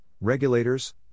regulators